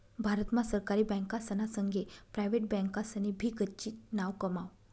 भारत मा सरकारी बँकासना संगे प्रायव्हेट बँकासनी भी गच्ची नाव कमाव